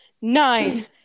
nine